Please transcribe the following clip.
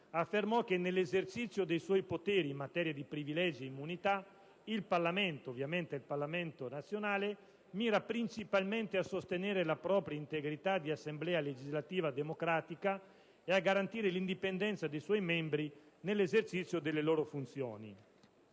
affermò che "nell'esercizio dei suoi poteri in materia di privilegi ed immunità, il Parlamento" - ovviamente nazionale - "mira principalmente a sostenere la propria integrità di assemblea legislativa democratica e a garantire l'indipendenza dei suoi membri nell'esercizio delle loro funzioni".